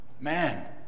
Man